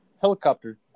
helicopter